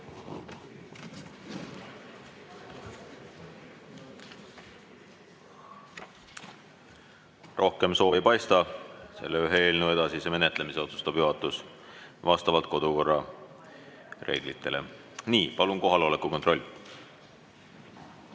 soove ei paista. Selle ühe eelnõu edasise menetlemise otsustab juhatus vastavalt kodukorra reeglitele. Nii, palun kohaloleku kontroll!